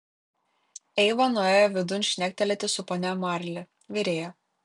eiva nuėjo vidun šnektelėti su ponia marli virėja